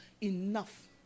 enough